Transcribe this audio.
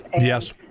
yes